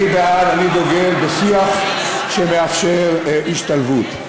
אני בעד, אני דוגל בשיח שמאפשר השתלבות.